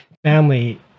family